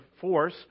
force